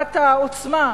בעלת העוצמה,